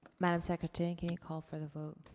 madame secretary, can you call for the vote?